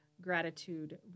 gratitude